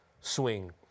swing